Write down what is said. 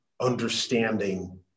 understanding